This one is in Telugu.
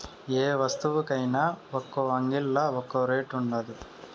యే వస్తువుకైన ఒక్కో అంగిల్లా ఒక్కో రేటు ఉండాది